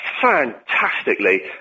fantastically